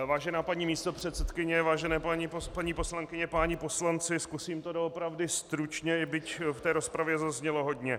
Vážená paní místopředsedkyně, vážené paní poslankyně, páni poslanci, zkusím to doopravdy stručně, byť v té rozpravě zaznělo hodně.